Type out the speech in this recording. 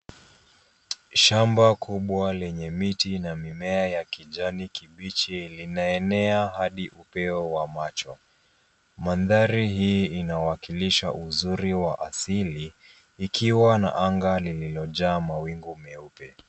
Shamba kubwa lenye miti na mimea ya kijani kibichi linaenea hadi upeo wa macho. Mandhari hii inawakilisha uzuri wa asili ikiwa na anga lililojaa mawingu meupe.